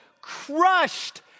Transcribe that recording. crushed